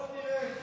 בוא נראה.